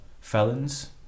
felons